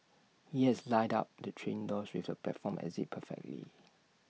he has lined up the train doors with the platform exit perfectly